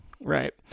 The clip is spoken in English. right